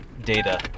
data